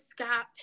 Scott